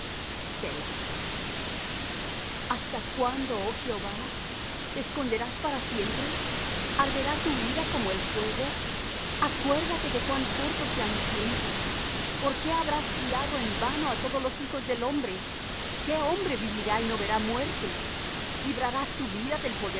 afrenta selah hasta cuándo oh jehová te esconderás para siempre arderá tu ira como el fuego acuérdate de cuán corto sea mi tiempo por qué habrás criado en vano á todos los hijos del hombre qué hombre vivirá y no verá muerte librarás su vida del